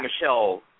Michelle